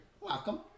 Welcome